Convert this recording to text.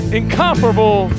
incomparable